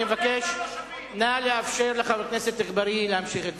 אני מבקש לאפשר לחבר הכנסת אגבאריה להמשיך את דבריו.